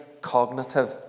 cognitive